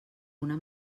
una